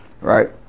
right